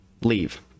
Leave